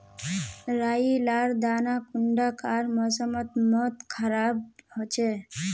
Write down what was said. राई लार दाना कुंडा कार मौसम मोत खराब होचए?